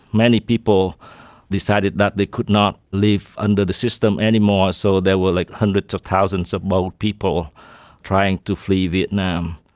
many people decided that they could not live under the system anymore, so there were like hundreds of thousands of boat people trying to flee vietnam.